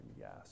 yes